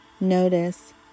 Notice